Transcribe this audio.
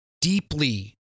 deeply